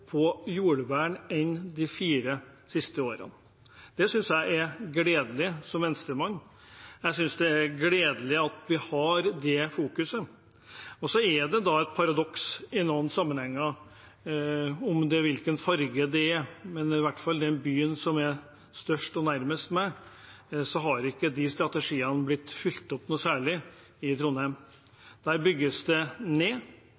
på jordvern enn de fire siste årene. Det synes jeg som Venstre-mann er gledelig, jeg synes det er gledelig at vi har fokusert på det. Og så er det i noen sammenhenger et paradoks – om det er den eller den fargen – at i hvert fall i den byen som er den største nærmest meg, Trondheim, har de strategiene ikke blitt fulgt opp noe særlig. Der bygges det ned.